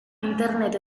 internet